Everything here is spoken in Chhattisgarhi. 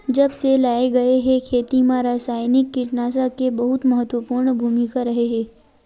जब से लाए गए हे, खेती मा रासायनिक कीटनाशक के बहुत महत्वपूर्ण भूमिका रहे हे